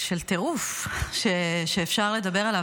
של טירוף שאפשר לדבר עליו.